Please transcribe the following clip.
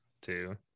two